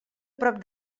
prop